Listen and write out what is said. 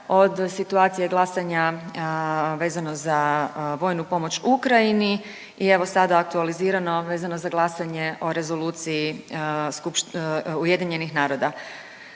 od situacije glasanja vezano za vojnu pomoć Ukrajini i evo sada aktualizirano vezano za glasanje o Rezoluciji UN-a. Možda